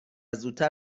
زودتر